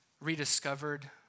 rediscovered